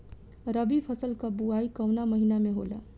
रबी फसल क बुवाई कवना महीना में होला?